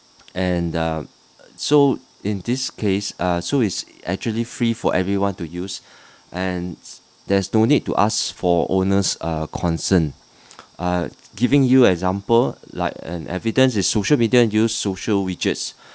and uh so in this case uh so it's actually free for everyone to use and that is no need to ask for owner's uh consent uh giving you example like an evidence is social media use social widgets